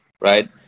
right